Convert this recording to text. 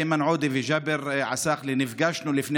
איימן עודה וג'אבר עסאקלה נפגשנו לפני